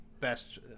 best